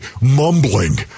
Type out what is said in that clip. mumbling